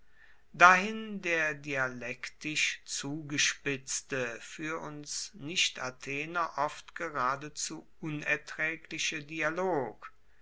dahin der dialektisch zugespitzte fuer uns nichtathener oft geradezu unertraegliche dialog